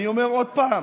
אני אומר עוד פעם: